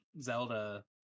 Zelda